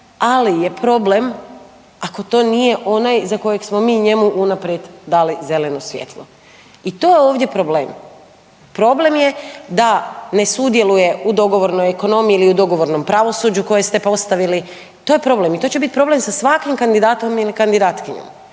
ali je problem ako to nije onaj za kojeg smo mi njemu unaprijed dali zeleno svjetlo. I to je ovdje problem. Problem je da ne sudjeluje u dogovornoj ekonomiji ili u dogovornom pravosuđu koje ste postavili, to je problem i to će biti problem sa svakim kandidatom ili kandidatkinjom.